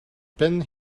been